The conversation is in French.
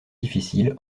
difficile